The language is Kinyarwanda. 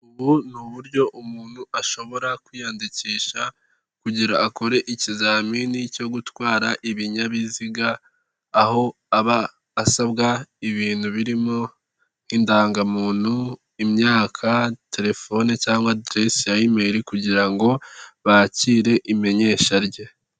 Ubu ni uburyo umuntu ashobora kwiyandikisha kugira akore ikizamini cyo gutwara ibinyabiziga, aho aba asabwa ibintu birimo indangamuntu, imyaka, telefone cyangwa adiresi ya imeri, kugira ngo bakire imenyesha rye.